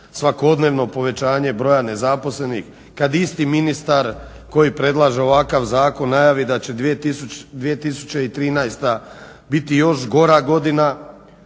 svakodnevno povećanje broja nezaposlenih, kad isti ministar koji predlaže ovakav zakon najavi da će 2013. biti još gora godina,